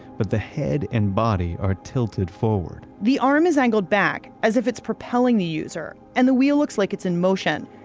but the head and body are tilted forward. the arm is angled back, as if it's propelling the user, and the wheel looks like it's in motion.